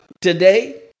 today